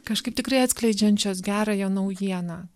kažkaip tikrai atskleidžiančios gerąją naujieną